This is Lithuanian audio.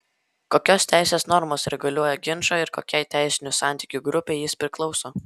kokios teisės normos reguliuoja ginčą ir kokiai teisinių santykių grupei jis priklauso